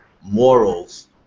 morals